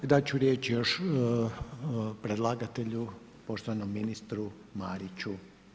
Dat ću riječ još predlagatelju, poštovanom ministru Mariću.